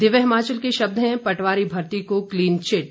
दिव्य हिमाचल के शब्द हैं पटवारी भर्ती को क्लीनचिट